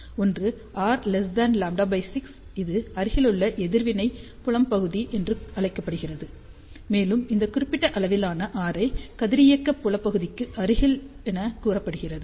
ஒன்று r λ6 இது அருகிலுள்ள எதிர்வினை புலம் பகுதி என அழைக்கப்படுகிறது மேலும் இந்த குறிப்பிட்ட அளவிலான r ஐ கதிரியக்க புல பகுதிக்கு அருகில் என கூறப்படுகிறது